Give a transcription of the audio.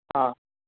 हा